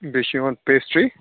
بیٚیہِ چھِ یِوان پیشٹرٛی